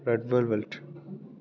red velvet